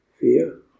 Fear